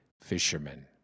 fishermen